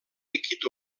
líquid